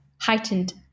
Heightened